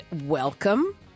welcome